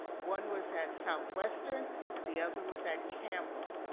one was at southwestern and the other was at campbell.